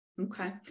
Okay